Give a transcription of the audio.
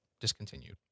discontinued